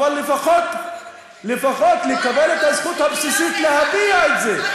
אבל לפחות לקבל את הזכות הבסיסית להביע את זה,